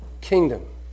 kingdom